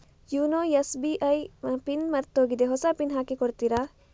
YONO SBI ನ PIN ಮರ್ತೋಗಿದೆ ಹೊಸ ಪಿನ್ ಹಾಕಿ ಕೊಡ್ತೀರಾ?